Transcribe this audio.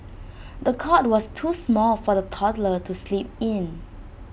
the cot was too small for the toddler to sleep in